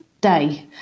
day